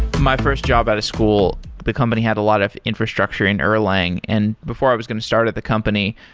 my first job out of school, the company had a lot of infrastructure in erlang, and before i was going to start at the company,